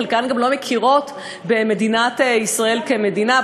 וחלקן לא מכירות במדינת ישראל כמדינה,